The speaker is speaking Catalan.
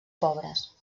pobres